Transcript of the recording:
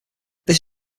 this